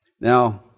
Now